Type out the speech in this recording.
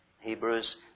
Hebrews